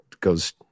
goes